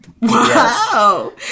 Wow